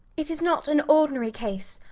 it is not an ordinary case,